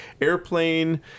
Airplane